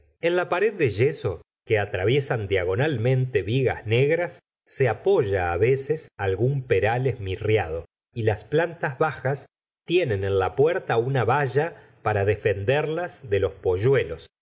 en la pared de yeso que atraviesan diagonalmente vigas negras se apoya á veces algún peral esmirriado y las plantas bajas tienen en la puerta una valla para defenderlas de los polluelos